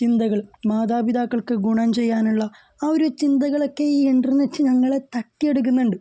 ചിന്തകൾ മാതാപിതാക്കൾക്ക് ഗുണം ചെയ്യാനുള്ള ആ ഒരു ചിന്തകളൊക്കെ ഈ ഇൻറ്റർനെറ്റ് ഞങ്ങളെ തട്ടി എടുക്കുന്നുണ്ട്